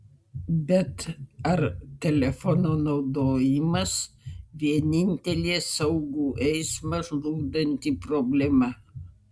bet ar telefono naudojimas vienintelė saugų eismą žlugdanti problema